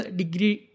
degree